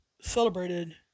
celebrated